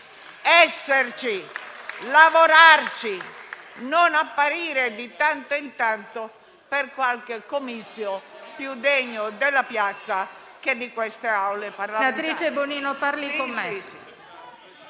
esserci, lavorarci e non apparire, di tanto in tanto, per qualche comizio, più degno della piazza che di queste Aule parlamentari.